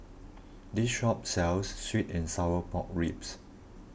this shop sells Sweet and Sour Pork Ribs